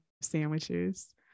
sandwiches